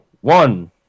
one